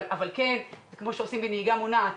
אבל כמו שעושים בנהיגה מונעת,